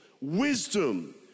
Wisdom